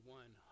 one